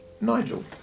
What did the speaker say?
Nigel